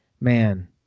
man